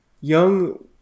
young